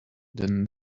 than